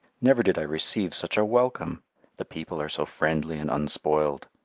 never did i receive such a welcome the people are so friendly and unspoiled.